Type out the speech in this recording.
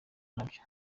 nabyo